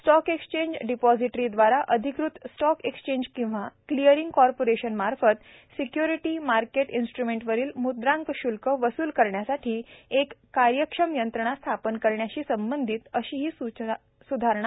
stock exchange depositories दवारा अधिकृत stock exchange किंवा क्लीयरिंग कॉर्पोरिशन मार्फत सेक्य्रिटी मार्केट इंस्ड्रुमेट्सवरील मुद्रांक शुल्क वसूल करण्यासाठी एक कार्यक्षम यंत्रणा स्थापन करण्याशी संबंधित अशी ही स्धारणा आहे